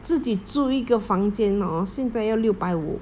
自己住一个房间 hor 现在要六百五